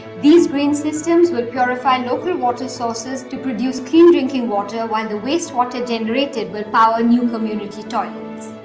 these green systems would purify local water sources to produce clean drinking water while the wastewater generated will power new community toilets.